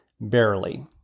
barely